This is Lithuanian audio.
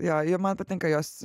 jo jo man patinka jos